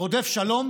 רודף שלום